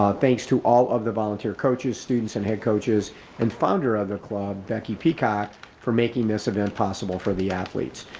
um thanks to all of the volunteer coaches, students and head coaches and founder of the club, becky peacock for making this event possible for the athletes.